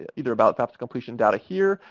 either about fafsa completion data here,